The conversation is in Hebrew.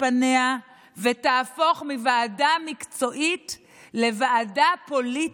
פניה ותהפוך מוועדה מקצועית לוועדה פוליטית,